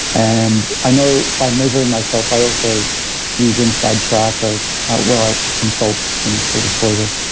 and i know by measuring myself, i also use insidetracker where i consult, in full disclosure.